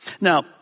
Now